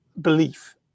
belief